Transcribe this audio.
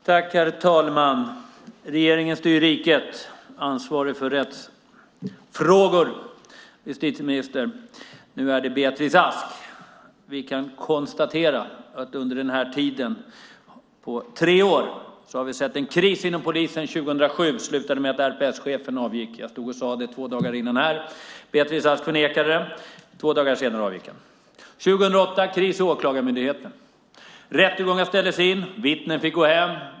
Herr talman! Regeringen styr riket. Ansvarig för rättsfrågor är justitieministern. Nu är det Beatrice Ask. Vi kan konstatera att under den här tiden, på tre år, har vi sett en kris i polisen 2007. Det slutade med att RPS-chefen avgick. Jag stod och sade det två dagar innan här. Beatrice Ask förnekade det. Två dagar senare avgick han. År 2008 var det kris i Åklagarmyndigheten. Rättegångar ställdes in. Vittnen fick gå hem.